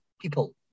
people